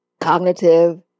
cognitive